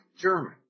German